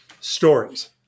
stories